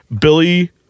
Billy